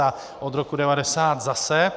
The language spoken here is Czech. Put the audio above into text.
A od roku devadesát zase.